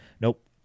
Nope